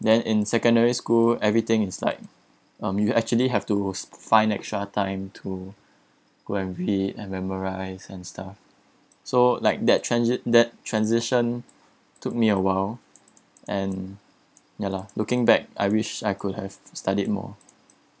then in secondary school everything is like um you actually have to find extra time to go and read and memorize and stuff so like that transi~ that transition took me a while and ya lah looking back I wish I could have studied more